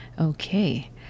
Okay